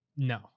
No